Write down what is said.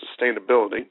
Sustainability